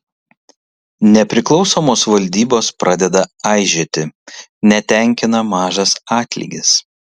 nepriklausomos valdybos pradeda aižėti netenkina mažas atlygis